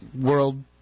world